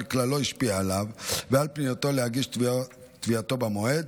כלל לא השפיעה עליו ועל פניותו להגיש את תביעתו במועד,